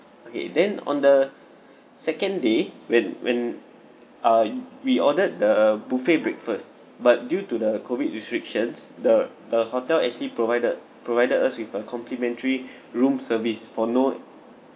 okay then on the second day when when uh we ordered the buffet breakfast but due to the COVID restrictions the the hotel actually provided provided us with a complimentary room service for no